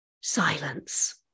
silence